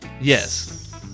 Yes